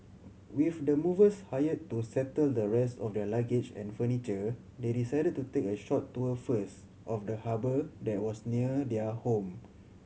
with the movers hire to settle the rest of their luggage and furniture they decided to take a short tour first of the harbour that was near their home